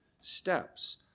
steps